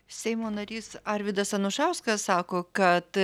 seimo narys arvydas anušauskas sako kad